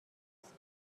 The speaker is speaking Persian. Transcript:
هست